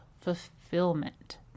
fulfillment